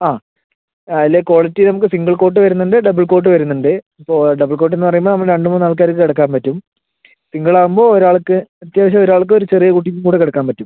ആ അല്ലെ ക്വാളിറ്റി നമുക്ക് സിംഗിൾ കോട്ട് വരുന്നുണ്ട് ഡബിൾ കോട്ട് വരുന്നുണ്ട് ഇപ്പോൾ ഡബിൾ കോട്ടെന്ന് പറയുമ്പം നമ്മള് രണ്ട് മൂന്ന് ആൾക്കാർക്ക് കിടക്കാൻ പറ്റും സിംഗിൾ ആകുമ്പം ഒരാൾക്ക് അത്യാവശ്യം ഒരാൾക്ക് ഒര് ചെറിയ കുട്ടിക്ക് കൂടെ കിടക്കാൻ പറ്റും